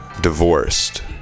divorced